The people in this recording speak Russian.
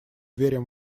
верим